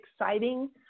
exciting